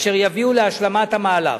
אשר יביאו להשלמת המהלך.